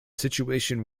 situation